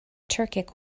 turkic